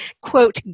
quote